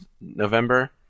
November